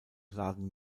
laden